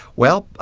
well,